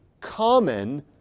common